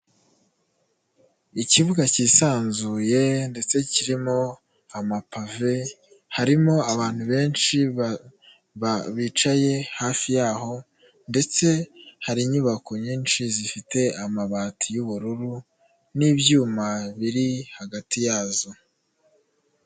Ikibuga kisanzuye ndetse kirimo amapave. Harimo abantu benshi bicaye hafi yaho ndetse hari inyubako nyinshi zifite amabati y'ubururu n'ibyuma biri hagati yazo.